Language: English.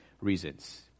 reasons